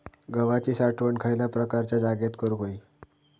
गव्हाची साठवण खयल्या प्रकारच्या जागेत करू होई?